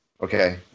Okay